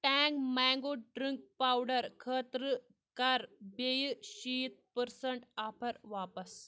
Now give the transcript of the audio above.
Tang mango drink powder خٲطرٕ کَر بیٚیہِ شیٖتھ پٔرسَنٹ آفر واپس